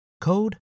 code